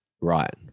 Right